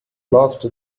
lost